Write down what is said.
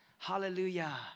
Hallelujah